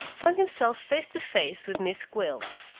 found himself face to face with miss gwilt.